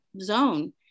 zone